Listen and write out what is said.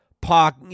park